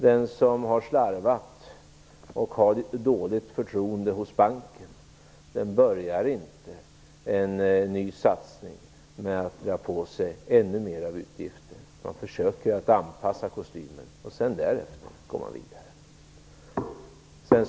Den som har slarvat och har dåligt förtroende hos banken börjar inte med en ny satsning och med att dra på sig ännu mera utgifter. Han försöker att anpassa kostymen, och därefter kan han gå vidare. Fru talman!